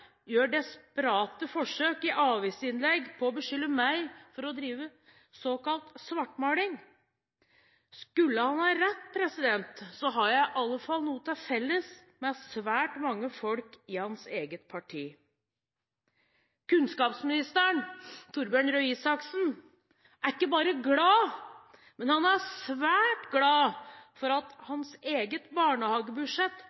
gjør desperate forsøk i avisinnlegg på å beskylde meg for å drive såkalt svartmaling. Skulle han ha rett, har jeg i alle fall noe til felles med svært mange folk i hans eget parti. Kunnskapsministeren, Torbjørn Røe Isaksen, er ikke bare glad, men han er svært glad for at